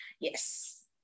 Yes